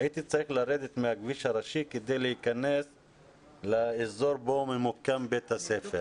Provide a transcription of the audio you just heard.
הייתי צריך לרדת מהכביש הראשי כדי להיכנס לאזור בו ממוקם בית הספר.